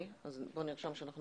אז נרשום שאנחנו